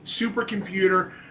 supercomputer